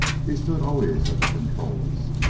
he stood always at the controls,